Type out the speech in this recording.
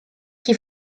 qui